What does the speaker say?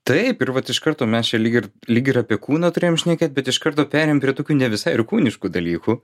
taip ir vat iš karto mes čia lyg ir lyg ir apie kūną turėjom šnekėt bet iš karto perėjom prie tokių ne visai ir kūniškų dalykų